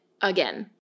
again